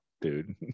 dude